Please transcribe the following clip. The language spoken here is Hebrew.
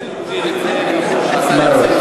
ברור.